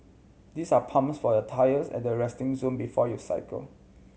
these are pumps for your tyres at the resting zone before you cycle